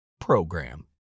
program